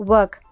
Work